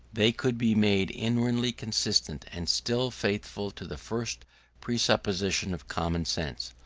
they could be made inwardly consistent, and still faithful to the first presuppositions of common sense,